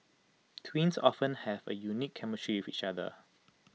twins often have A unique chemistry with each other